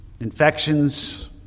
infections